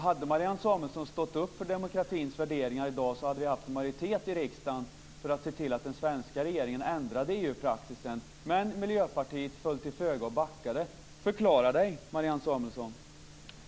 Hade Marianne Samuelsson stått upp för demokratins värderingar i dag hade vi haft en majoritet i riksdagen för att se till att den svenska regeringen ändrade EU-praxisen, men Miljöpartiet föll till föga och backade. Jag vill be Marianne Samuelsson att förklara sig.